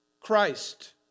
Christ